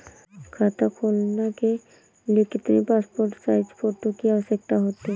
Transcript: खाता खोलना के लिए कितनी पासपोर्ट साइज फोटो की आवश्यकता होती है?